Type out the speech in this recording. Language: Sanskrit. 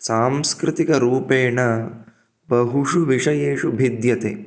सांस्कृतिकरूपेण बहुषु विषयेषु भिद्यते